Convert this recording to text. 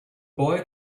boy